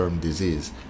disease